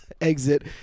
exit